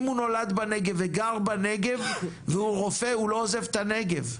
אם הוא נולד בנגב והוא גר בנגב והוא רופא הוא לא עוזב את הנגב.